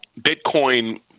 Bitcoin